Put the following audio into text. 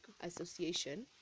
association